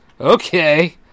Okay